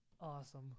Awesome